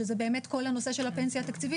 שזה באמת כל הנושא של הפנסיה התקציבית,